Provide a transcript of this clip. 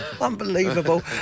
Unbelievable